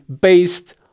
based